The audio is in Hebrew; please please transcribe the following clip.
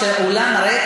כשהאולם ריק,